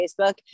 Facebook